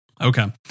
Okay